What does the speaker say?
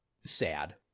sad